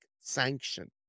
sanction